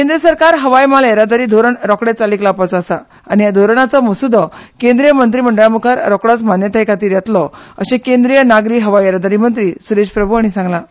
केंद्र सरकार हवाय म्हाल येरादारी धोरण रोखडेंच चालीक लावपाचो आसा आनी ह्या धोरणाचो मसुदो केंद्रीय मंत्रीमंडळान मुखार रोखडोच मान्यताये खातीर येतलो अशें केंद्रीय नागरी हवाय येरादारी मंत्री सुरेश प्रभू हांणी सांगलां